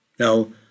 Now